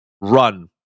run